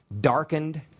darkened